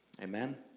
amen